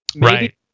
Right